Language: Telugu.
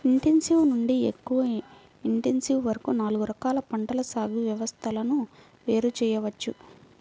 ఇంటెన్సివ్ నుండి ఎక్కువ ఇంటెన్సివ్ వరకు నాలుగు రకాల పంటల సాగు వ్యవస్థలను వేరు చేయవచ్చు